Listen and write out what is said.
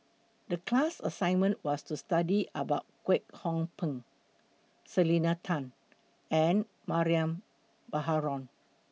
The class assignment was to study about Kwek Hong Png Selena Tan and Mariam Baharom